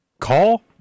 Call